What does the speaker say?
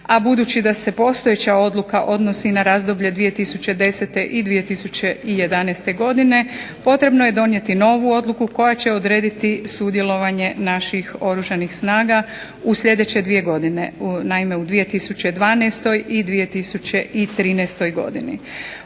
a budući da se postojeća odluka odnosi na razdoblje 2010. i 2011. godine potrebno je donijeti novu odluku koja će odrediti sudjelovanje naših oružanih snaga u sljedeće 2 godine. Naime, u 2012. i 2013. godini